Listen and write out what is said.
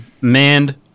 manned